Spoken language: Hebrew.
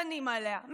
דנים עליה,